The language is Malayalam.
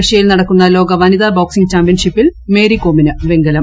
റഷ്യയിൽ നടക്കുന്ന ലോക വനിതാ ബോക്സിംഗ് ചാമ്പൃൻഷിപ്പിൽ മേരികോമിന് വെങ്കലം